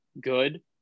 good